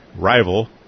rival